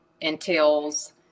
entails